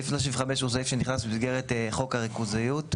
סעיף 35 הוא סעיף שנכנס במסגרת חוק הריכוזיות.